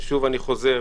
ששוב אני חוזר,